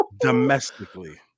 domestically